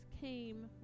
came